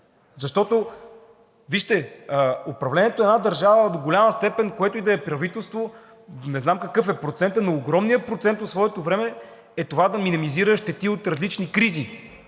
Защото, вижте, управлението на една държава е до голяма степен, което и да е правителство, не знам какъв е процентът, но огромният процент от своето време е това да минимизира щети от различни кризи